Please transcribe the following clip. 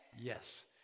yes